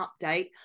update